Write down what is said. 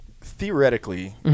theoretically